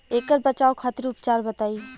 ऐकर बचाव खातिर उपचार बताई?